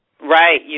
Right